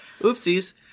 Oopsies